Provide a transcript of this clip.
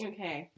Okay